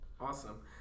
Awesome